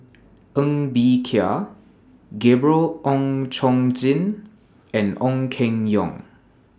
Ng Bee Kia Gabriel Oon Chong Jin and Ong Keng Yong